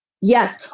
Yes